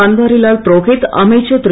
பன்வாரிலால் புரோஹித் அமைச்சர் திரு